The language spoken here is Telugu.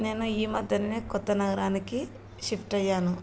నేను ఈ మధ్యనే కొత్త నగరానికి షిఫ్ట్ అయ్యాను